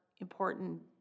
important